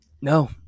No